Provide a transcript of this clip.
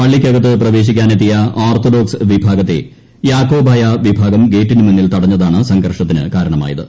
പള്ളിക്കകത്ത് പ്രവേശിക്കാനെത്തിയ ഓർത്തുഡോക്സ് വിഭാഗത്തെ യാക്കോബായ വിഭാഗം ഗേറ്റിനു മുന്നിൽ തട്ടുത്താണ് സംഘർഷത്തിന് കാരണമായത്